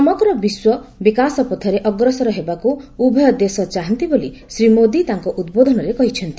ସମଗ୍ର ବିଶ୍ୱ ବିକାଶ ପଥରେ ଅଗ୍ରସର ହେବାକୁ ଉଭୟ ଦେଶ ଚାହାନ୍ତି ବୋଲି ଶ୍ରୀ ମୋଦୀ ତାଙ୍କର ଉଦ୍ବୋଧନରେ କହିଛନ୍ତି